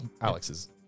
Alex's